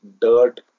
dirt